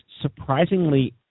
surprisingly